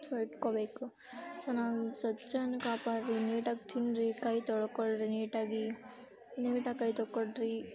so ಇಟ್ಕೋಬೇಕು ಚೆನ್ನಾಗಿ ಸ್ವಚ್ಛನ ಕಾಪಾಡಿ ನೀಟಾಗಿ ತಿನ್ನಿರಿ ಕೈ ತೊಳ್ಕೊಳ್ರೀ ನೀಟಾಗಿ ನೀಟಾಗಿ ಕೈ ತೊಕ್ಕೊಳ್ರೀ